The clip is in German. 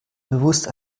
bewusst